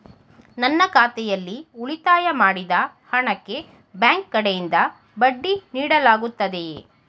ನನ್ನ ಖಾತೆಯಲ್ಲಿ ಉಳಿತಾಯ ಮಾಡಿದ ಹಣಕ್ಕೆ ಬ್ಯಾಂಕ್ ಕಡೆಯಿಂದ ಬಡ್ಡಿ ನೀಡಲಾಗುತ್ತದೆಯೇ?